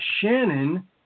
Shannon